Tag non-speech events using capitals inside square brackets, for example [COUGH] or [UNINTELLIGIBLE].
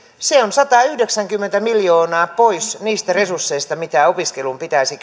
se on satayhdeksänkymmentä miljoonaa pois niistä resursseista mitä opiskeluun pitäisi [UNINTELLIGIBLE]